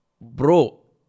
Bro